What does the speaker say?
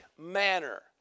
manner